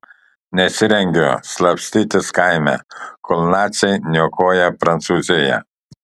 nesirengiu slapstytis kaime kol naciai niokoja prancūziją